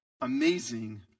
amazing